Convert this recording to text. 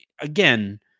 again